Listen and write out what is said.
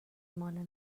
ماله